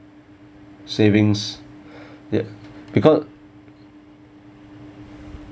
savings ya because